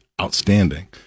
outstanding